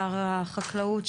שר החקלאות,